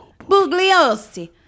Bugliosi